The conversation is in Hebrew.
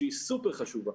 שהיא סופר חשובה,